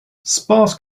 sparse